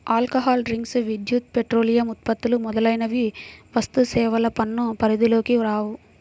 alcohol drinks, విద్యుత్, petroleum ఉత్పత్తులు మొదలైనవి వస్తుసేవల పన్ను పరిధిలోకి రావు